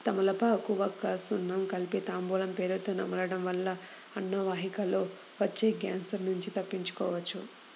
తమలపాకు, వక్క, సున్నం కలిపి తాంబూలం పేరుతొ నమలడం వల్ల అన్నవాహికలో వచ్చే క్యాన్సర్ నుంచి తప్పించుకోవచ్చు